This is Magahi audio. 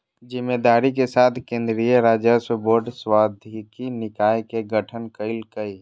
जिम्मेदारी के साथ केन्द्रीय राजस्व बोर्ड सांविधिक निकाय के गठन कइल कय